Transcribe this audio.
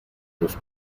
los